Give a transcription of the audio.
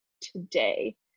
today